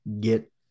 get